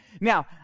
Now